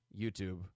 YouTube